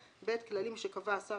אני שומע שיש